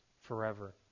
forever